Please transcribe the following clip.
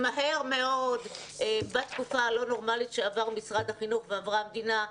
מהר מאוד בתקופה לא נורמלית שעבר משרד החינוך ועברה המדינה,